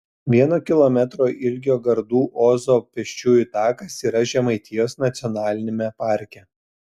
vieno kilometro ilgio gardų ozo pėsčiųjų takas yra žemaitijos nacionaliniame parke